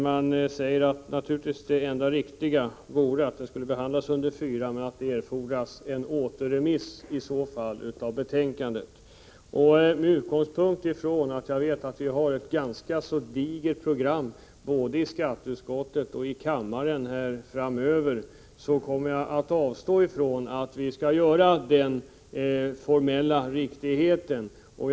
Man säger att det enda riktiga vore att motionen behandlades under mom. 4, men att det för en sådan ändring erfordras en återremiss av ärendet. Med utgångspunkt i att jag vet att vi har ett ganska digert program både i skatteutskottet och i kammaren under tiden framöver, kommer jag att avstå från att yrka på den formellt riktiga behandlingen.